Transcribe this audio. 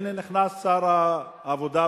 הנה נכנס שר הרווחה.